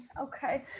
Okay